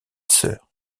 sœurs